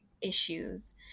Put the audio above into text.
issues